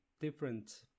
different